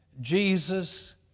Jesus